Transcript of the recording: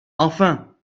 enfin